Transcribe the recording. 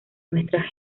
nuestras